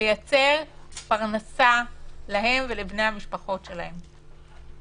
ולייצר פרנסה להם ולבני המשפחות שלהם?